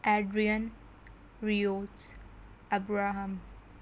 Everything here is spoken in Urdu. Adrian Reeves Abraham